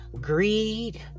greed